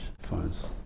funds